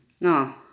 No